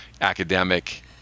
academic